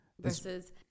Versus